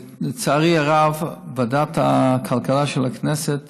לצערי הרב, ועדת הכלכלה של הכנסת